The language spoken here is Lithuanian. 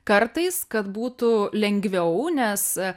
kartais kad būtų lengviau nes